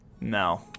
No